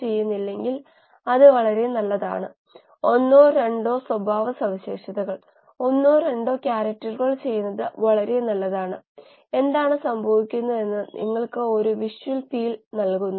D എന്നത് പാത്രത്തിന്റെ വ്യാസം H പാത്രം ഉൾകൊള്ളുന്ന ദ്രാവകത്തിന്റെ ഉയരം B യെ ഒരു ബാഫിൾ എന്ന് വിളിക്കുന്നു